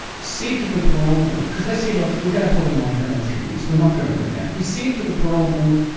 said to the parole board because they said, look, we're going to put him a way for another three years, we're not going to let him out he said to the parole board,